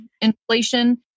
inflation